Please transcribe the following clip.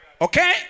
Okay